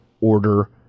order